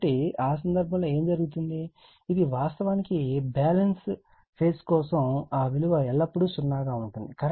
కాబట్టి ఆ సందర్భంలో ఏమి జరుగుతుంది ఇది వాస్తవానికి బ్యాలెన్స్ ఫేజ్ కోసం ఆ విలువ ఎల్లప్పుడూ 0 గా ఉంటుంది